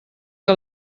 que